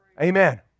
Amen